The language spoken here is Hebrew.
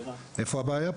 איפה הבעיה פה?